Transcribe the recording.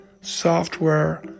software